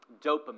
dopamine